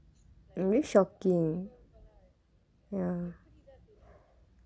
and very shocking